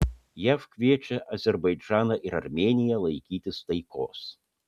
jav kviečia azerbaidžaną ir armėniją laikytis taikos